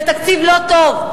זה תקציב לא טוב.